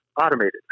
automated